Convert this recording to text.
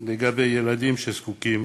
לגבי ילדים שזקוקים